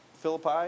Philippi